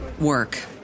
work